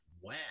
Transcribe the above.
Wow